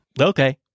Okay